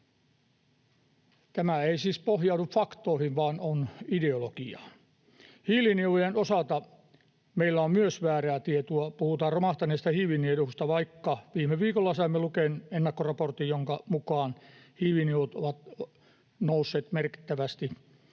Tämä ei siis pohjaudu faktoihin vaan on ideologiaa. Myös hiilinielujen osalta meillä on väärää tietoa. Puhutaan romahtaneesta hiilinielusta, vaikka viime viikolla saimme Luken ennakkoraportin, jonka mukaan hiilinielut ovat kasvaneet merkittävästi.